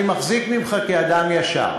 אני מחזיק ממך אדם ישר.